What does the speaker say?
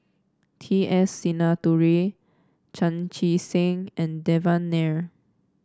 T S Sinnathuray Chan Chee Seng and Devan Nair